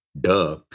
Duh